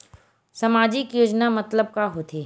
सामजिक योजना मतलब का होथे?